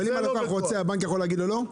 אבל אם הלקוח רוצה, הבנק יכול להגיד לו לא?